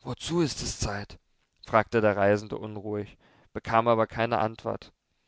wozu ist es zeit fragte der reisende unruhig bekam aber keine antwort